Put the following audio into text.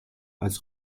als